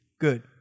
Good